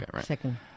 second